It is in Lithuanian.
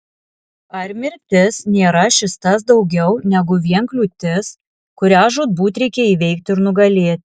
ar mirtis nėra šis tas daugiau negu vien kliūtis kurią žūtbūt reikia įveikti ir nugalėti